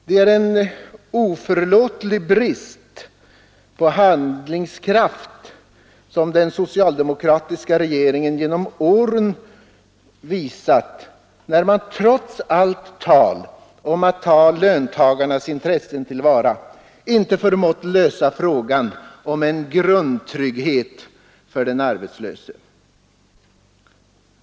Det är en oförlåtlig brist på handlingskraft som den socialdemokratiska regeringen genom åren visat, när den trots allt tal om att ta löntagarnas intressen till vara inte förmått lösa frågan om en grundtrygghet för den arbetslöse.